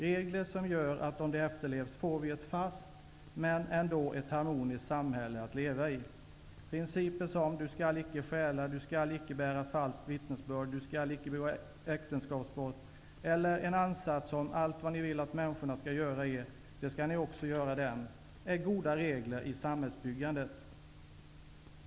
Det är regler som gör att vi, om de efterlevs, får ett fast men ändå harmoniskt samhälle att leva i. Principer som ''Du skall icke stjäla! '', ''Du skall icke bära falskt vittnesbörd! '', ''Du skall icke begå äktenskapsbrott!'' eller en ansats som ''Allt vad ni vill att människorna skall göra er, det skall ni också göra dem!'' är goda regler i samhällsbyggandet.